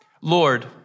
Lord